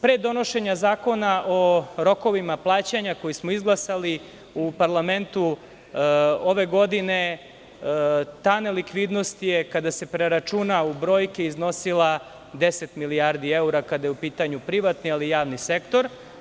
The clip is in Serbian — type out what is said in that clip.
Pre donošenja Zakona o rokovima plaćanja, koji smo izglasali u parlamentu ove godine, ta nelikvidnost, kada se preračuna u brojke, iznosila je 10 milijardi evra, kada je u pitanju privatni, ali i javni sektor.